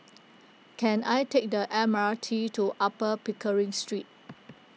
can I take the M R T to Upper Pickering Street